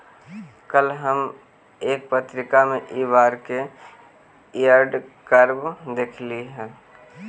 कल हम एक पत्रिका में इ बार के यील्ड कर्व देखली हल